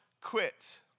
quit